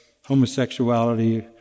homosexuality